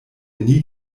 nie